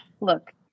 Look